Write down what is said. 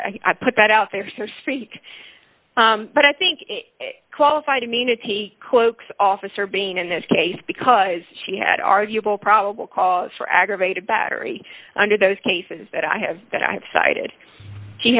i put that out there speak but i think qualified immunity cloke's officer being in this case because she had arguable probable cause for aggravated battery under those cases that i have that i have cited she